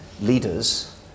leaders